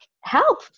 help